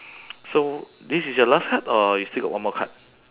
so this is your last card or you still got one more card